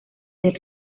del